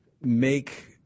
make